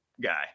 guy